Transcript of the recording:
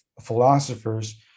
philosophers